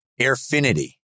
airfinity